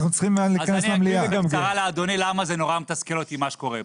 אני אגיד בקצרה לאדוני למה זה נורא מתסכל אותי מה שקורה פה.